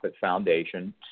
foundation